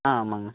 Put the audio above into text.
ஆ ஆமாங்க